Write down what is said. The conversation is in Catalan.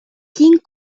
quin